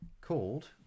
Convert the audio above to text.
called